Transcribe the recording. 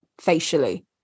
facially